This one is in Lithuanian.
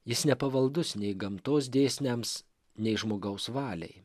jis nepavaldus nei gamtos dėsniams nei žmogaus valiai